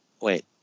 wait